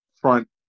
front